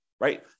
Right